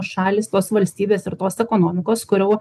šalys tos valstybės ir tos ekonomikos kurių